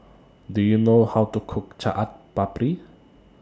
Do YOU know How to Cook Chaat Papri